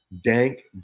dank